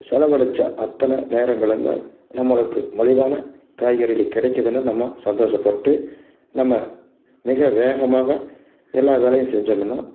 செலவழித்த அத்தனை நேரங்களும் நம்மளுக்கு மலிவான காய்கறிகள் கிடைக்கிதுனு நம்ம சந்தோஷப்பட்டு நம்ம மிக வேகமாக எல்லா வேலையும் செஞ்சமுன்னால்